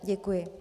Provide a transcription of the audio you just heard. Děkuji.